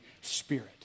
Spirit